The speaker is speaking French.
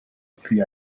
puis